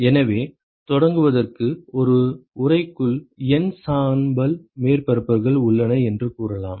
எனவே தொடங்குவதற்கு ஒரு உறைக்குள் N சாம்பல் மேற்பரப்புகள் உள்ளன என்று கூறலாம்